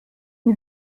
une